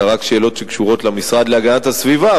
אלא רק על שאלות שקשורות למשרד להגנת הסביבה,